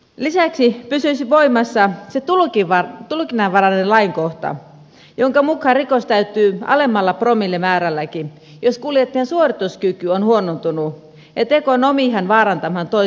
lisäksi pysyisi voimassa se tulkinnanvarainen lainkohta jonka mukaan rikos täyttyy alemmalla promillemäärälläkin jos kuljettajan suorituskyky on huonontunut ja teko on omiaan vaarantamaan toisen turvallisuuden